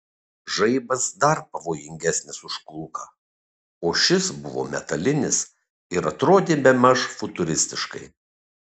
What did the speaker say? žaibas dar pavojingesnis už kulką o šis buvo metalinis ir atrodė bemaž futuristiškai